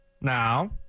now